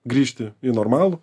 grįžti į normalų